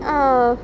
ah